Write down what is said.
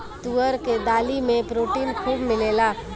तुअर के दाली में प्रोटीन खूब मिलेला